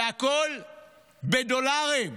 הכול בדולרים.